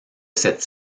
cette